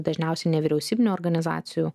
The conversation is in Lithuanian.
dažniausiai nevyriausybinių organizacijų